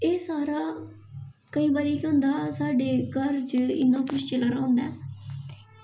एह् सारा केईं बारी केह् होंदा साढ़े घर च इन्ना किश चला दा होंदा ऐ